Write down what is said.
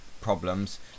problems